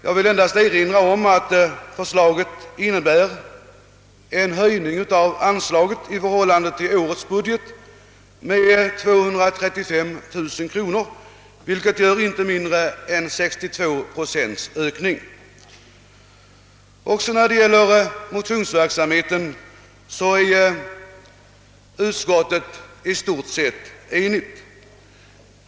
Jag vill endast erinra om att förslaget innebär en höjning av anslaget i förhållande till årets budget med 235 090 kronor, vilket utgör inte mindre än 62 procents ökning. Också när det gäller motionsverksamheten är utskottet i stort sett enigt.